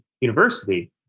University